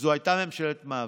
זו הייתה ממשלת מעבר.